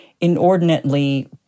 inordinately